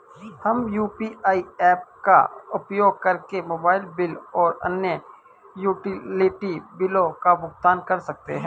हम UPI apps का उपयोग करके मोबाइल बिल और अन्य यूटिलिटी बिलों का भुगतान कर सकते हैं